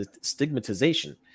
stigmatization